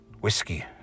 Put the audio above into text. Whiskey